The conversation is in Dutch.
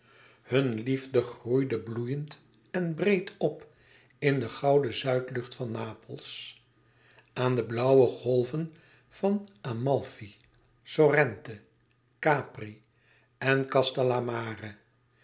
hunne liefde groeide bloeiend en breed op in de gouden zuidlucht van napels aan de blauwe golven van amalfi sorrente capri en